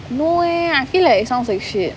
no eh I feel like it sounds like shit